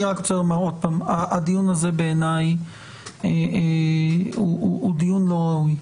הדיון הזה בעיניי הוא דיון לא ראוי.